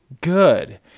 good